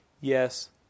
yes